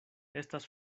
estas